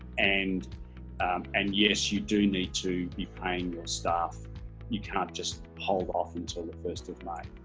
and and yes you do need to be paying your staff you can't just hold off until the first of may.